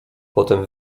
potem